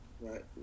Right